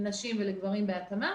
לנשים ולגברים בהתאמה,